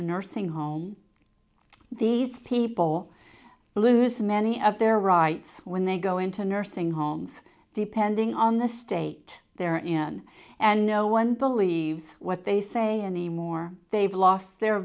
a nursing home these people lose many of their rights when they go into nursing homes depending on the state they're in and no one believes what they say anymore they've lost their